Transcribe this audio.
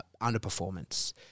underperformance